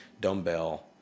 dumbbell